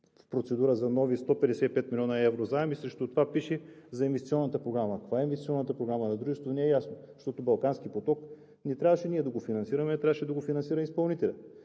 в процедура за нови 155 млн. евро заем и срещу това пише: „за инвестиционната програма“. Каква е инвестиционната програма на дружеството, не е ясно, защото „Балкански поток“ не трябваше ние да финансираме, а трябваше да го финансира изпълнителят.